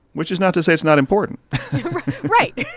which is not to say it's not important right.